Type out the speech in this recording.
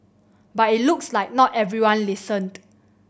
but it looks like not everyone listened